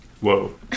Whoa